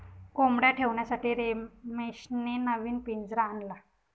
कोंबडया ठेवण्यासाठी रमेशने नवीन पिंजरा आणला